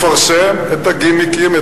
לפרסם את הגימיקים,